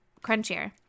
crunchier